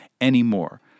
anymore